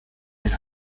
den